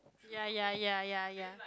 ya ya ya ya ya